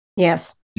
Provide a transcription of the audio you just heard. Yes